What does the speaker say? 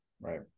Right